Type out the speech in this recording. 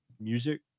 music